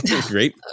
great